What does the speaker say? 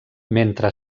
mentre